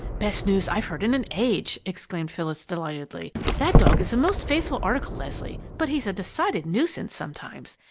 best news i've heard in an age! exclaimed phyllis, delightedly. that dog is a most faithful article, leslie, but he's a decided nuisance sometimes!